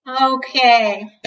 Okay